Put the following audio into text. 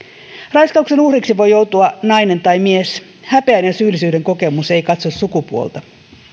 raiskauksen uhriksi voi joutua nainen tai mies häpeän ja syyllisyyden kokemus ei katso sukupuolta